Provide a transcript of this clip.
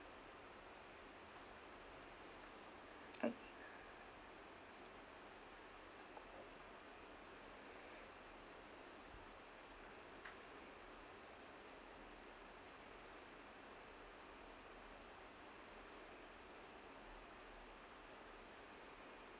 oh